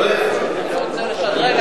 אתה רוצה לשדרג,